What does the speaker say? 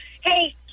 hey